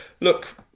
look